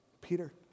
Peter